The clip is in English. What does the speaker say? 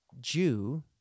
Jew